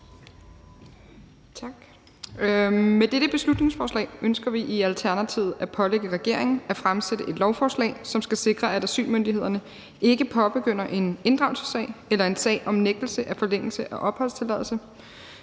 Med dette beslutningsforslag ønsker vi i Alternativet at pålægge regeringen at fremsætte et lovforslag, som skal sikre, at asylmyndighederne ikke påbegynder en inddragelsessag eller en sag om nægtelse af forlængelse af opholdstilladelse,